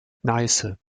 neiße